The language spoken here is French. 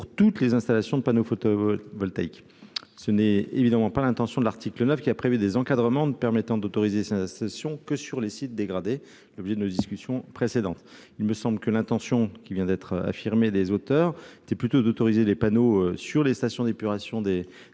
pour toutes les installations de panneaux photo-voltaïque, ce n'est évidemment pas l'intention de l'article 9 qui a prévu des encadrements de permettant d'autoriser sa session que sur les sites dégradés, l'objet de discussion précédente, il me semble que l'intention qui vient d'être affirmée des auteurs, c'était plutôt d'autoriser des panneaux sur les stations d'épuration des